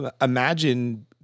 imagine